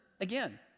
Again